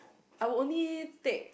I would only take